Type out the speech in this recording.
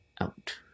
out